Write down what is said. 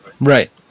Right